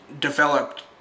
developed